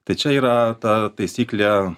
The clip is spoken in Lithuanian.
tai čia yra ta taisyklė